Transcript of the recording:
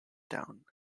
breakdown